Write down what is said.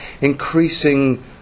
increasing